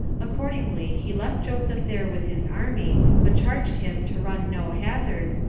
accordingly, he left joseph there with his army, but charged him to run no hazards,